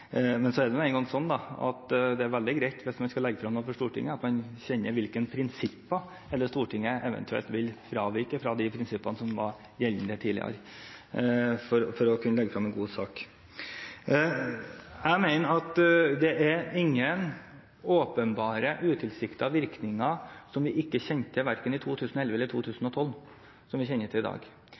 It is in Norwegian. Men det er nå engang sånn at det er veldig greit hvis man skal legge frem noe for Stortinget, at man kjenner hvilke prinsipper Stortinget eventuelt vil fravike av de prinsippene som var gjeldende tidligere, for å kunne legge frem en god sak. Jeg mener at det er ingen åpenbare utilsiktede virkninger som vi ikke kjente til verken i 2011 eller 2012 som vi kjenner til i dag.